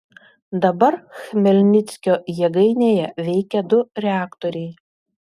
dabar chmelnickio jėgainėje veikia du reaktoriai